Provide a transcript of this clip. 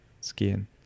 skiing